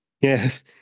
Yes